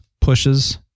pushes